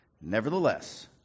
Nevertheless